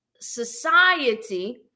Society